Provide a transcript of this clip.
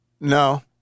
No